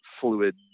fluid